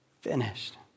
finished